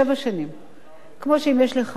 כמו שאם יש לך סריטה במכונית,